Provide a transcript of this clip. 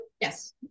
yes